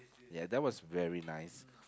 ya that was very nice